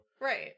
Right